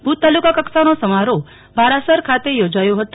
ભુજ તાલુકા કક્ષાનો સમારોફ ભારાસર ખાતે થોજાયો ફતો